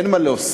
אין מה להוסיף.